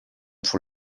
pour